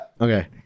Okay